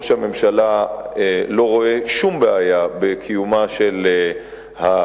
ראש הממשלה לא רואה שום בעיה בקיומה של הצעדה.